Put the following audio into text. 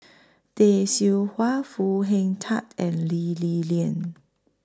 Tay Seow Huah Foo Hing Tatt and Lee Li Lian